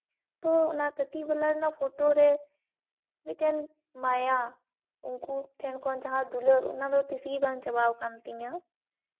ᱛᱚ ᱚᱱᱟ ᱠᱟᱹᱴᱤᱡ ᱵᱮᱞᱟ ᱨᱮᱱᱟᱜ ᱯᱷᱳᱴᱳ ᱨᱮ ᱢᱤᱫᱴᱮᱱ ᱢᱟᱭᱟ ᱩᱱᱠᱩ ᱴᱷᱮᱱ ᱠᱷᱚᱱ ᱡᱟᱦᱟᱸ ᱫᱩᱞᱟᱹᱲ ᱚᱱᱟ ᱫᱚ ᱛᱤᱥ ᱜᱮ ᱵᱟᱝ ᱪᱟᱵᱟᱣ ᱠᱟᱱ ᱛᱤᱧᱟᱹ